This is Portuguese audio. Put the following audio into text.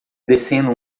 descendo